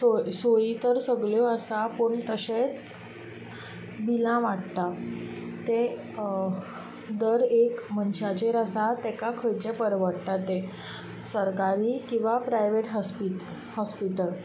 सोयी तर सगळ्यो आसात पूण तशेंच बिलां वाडटात ते दर एक मनशाचेर आसा ताका खंयचें परवडटा तें सरकारी किंवा प्रायवेट हॉस्पिटल